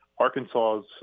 Arkansas's